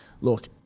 look